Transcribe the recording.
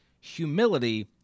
humility